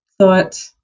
thought